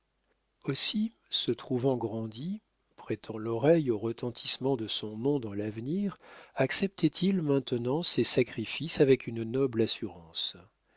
aussi se trouvant grandi prêtant l'oreille au retentissement de son nom dans l'avenir acceptait il maintenant ces sacrifices avec une noble assurance